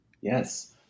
Yes